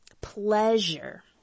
pleasure